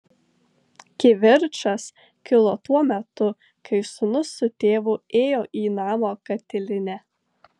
kivirčas kilo tuo metu kai sūnus su tėvu ėjo į namo katilinę